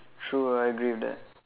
true I agree with that